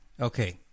okay